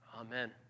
Amen